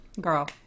Girl